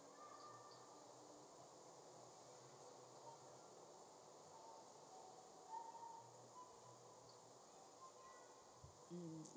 um